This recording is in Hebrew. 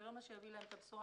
זה לא מה שיביא להם את הבשורה.